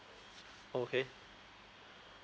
okay